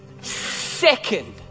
second